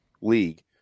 league